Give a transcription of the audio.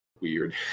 weird